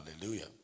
hallelujah